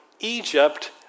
Egypt